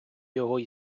його